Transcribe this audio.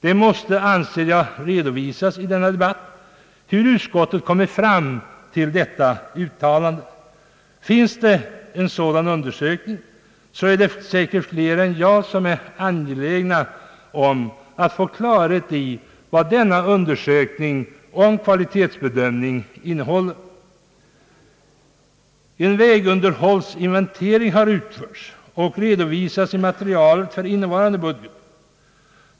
Det måste, anser jag, redovisas i denna debatt hur utskottet kommit fram till detta uttalande. Har en sådan undersökning gjorts, är det säkert fler än jag som är angelägna om att få klarhet i vad denna undersökning och kvalitetsbedömning innehåller. En vägunderhållsinventering har utförts och redovisats i materialet för innevarande budgetår.